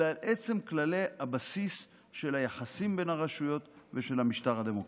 אלא על עצם כללי הבסיס של היחסים בין הרשויות ושל המשטר הדמוקרטי.